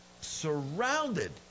surrounded